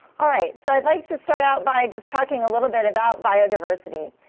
ah right, so i'd like to start out by just talking a little bit about biodiversity.